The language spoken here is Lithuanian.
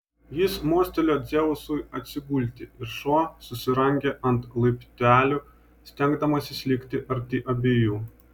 jis mostelėjo dzeusui atsigulti ir šuo susirangė ant laiptelių stengdamasis likti arti abiejų